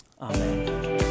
Amen